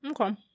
Okay